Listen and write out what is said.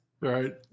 Right